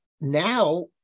now